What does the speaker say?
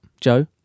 Joe